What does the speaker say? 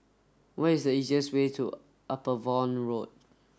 what is the easiest way to Upavon Road